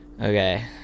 okay